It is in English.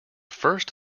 first